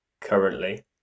currently